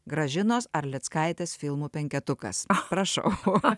gražinos arlickaitės filmų penketukas aprašą